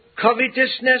covetousness